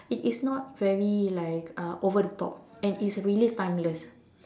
it it's not very like uh over the top and it's really timeless